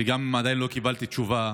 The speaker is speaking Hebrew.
ועדיין לא קיבלתי תשובה.